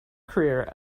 career